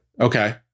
Okay